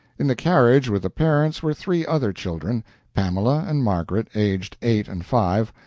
in the carriage with the parents were three other children pamela and margaret, aged eight and five,